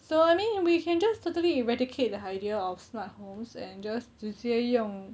so I mean we can just totally eradicate the idea of smart homes and just 直接用